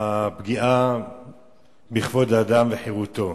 הפגיעה בכבוד האדם וחירותו.